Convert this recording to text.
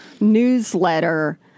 newsletter